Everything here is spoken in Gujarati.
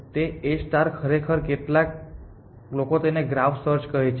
તેથી A ખરેખર કેટલાક લોકો તેને ગ્રાફ સર્ચ કહે છે